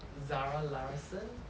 zara larsson